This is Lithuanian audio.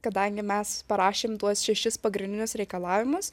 kadangi mes parašėm tuos šešis pagrindinius reikalavimus